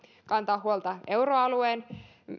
kantaa huolta euroalueen